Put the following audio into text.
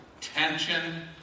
tension